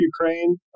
Ukraine